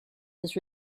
this